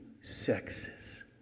sexes